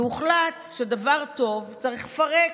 והוחלט שדבר טוב צריך לפרק,